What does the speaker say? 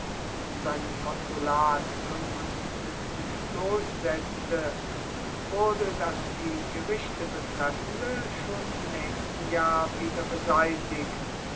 in seinem konsulat durchsetzte wurde das die gerichte betreffende schon im nächsten jahre wieder beseitigt